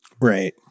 Right